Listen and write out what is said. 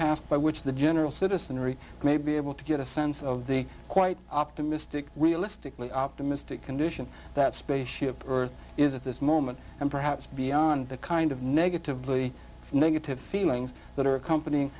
task by which the general citizenry may be able to get a sense of the quite optimistic realistically optimistic condition that space ship earth is at this moment and perhaps beyond the kind of negatively negative feelings that are accompany